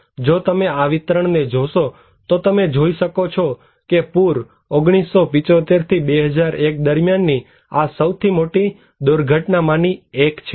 જો તમે આ વિતરણને જોશો તો તમે જોઈ શકો છો કે પુર 1975 થી 2001 દરમિયાનની આ સૌથી વધુ દુર્ઘટના માની એક છે